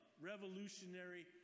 revolutionary